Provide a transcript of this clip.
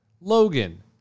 Logan